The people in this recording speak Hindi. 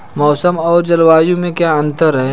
मौसम और जलवायु में क्या अंतर?